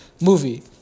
movie